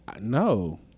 No